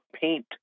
paint